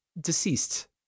deceased